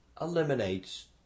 eliminates